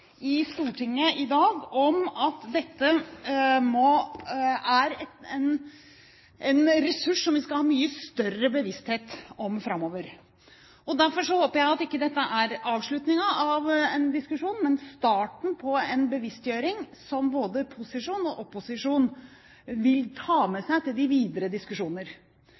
i Stortinget i dag om at dette er en ressurs som vi skal ha mye større bevissthet om framover. Derfor håper jeg at dette ikke er avslutningen av en diskusjon, men starten på en bevisstgjøring som både posisjon og opposisjon vil ta med seg i de videre diskusjoner.